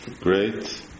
Great